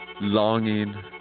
longing